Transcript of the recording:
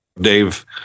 Dave